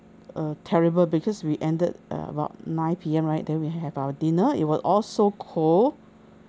uh terrible because we ended about nine P_M right then we have our dinner it was all so cold